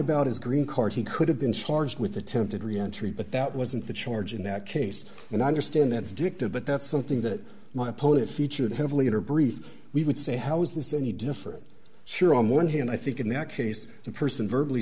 about his green card he could have been charged with attempted reentry but that wasn't the charge in that case and i understand that's dicta but that's something that my opponent featured heavily in her brief we would say how is this any different sure on one hand i think in that case the person virtually